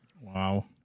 wow